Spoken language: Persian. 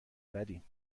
زدیم